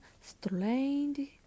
strained